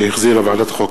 שהחזירה ועדת החוקה,